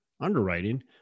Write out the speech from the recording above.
underwriting